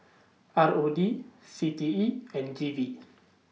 R O D C T E and G V